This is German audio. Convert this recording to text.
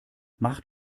mach